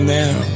now